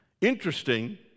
Interesting